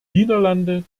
niederlande